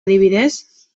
adibidez